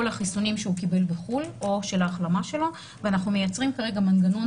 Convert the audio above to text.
החיסונים שהוא קיבל בחו"ל או של ההחלמה שלו ואנחנו מייצרים מנגנון